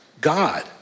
God